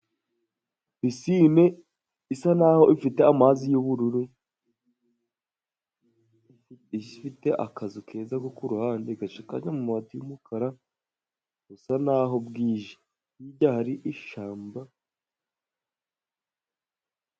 Pisine isa n'aho ifite amazi y'ubururu, ifite akazu keza ko kurahande, gashakaje amamabati y'umukara, busa n'aho bwije. Hirya hari ishyamba.